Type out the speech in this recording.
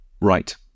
Right